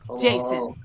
Jason